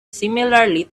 similarly